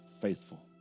faithful